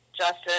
justice